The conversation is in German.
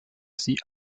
sie